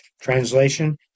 translation